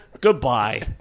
Goodbye